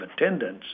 attendance